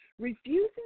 refusing